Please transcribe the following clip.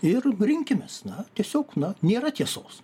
ir rinkimės na tiesiog na nėra tiesos